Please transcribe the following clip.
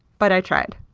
but i tried.